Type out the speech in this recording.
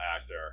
actor